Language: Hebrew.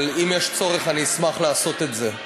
אבל אם יש צורך, אני אשמח לעשות את זה,